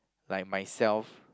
like myself